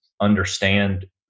understand